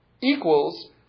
equals